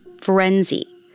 frenzy